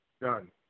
Done